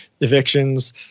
evictions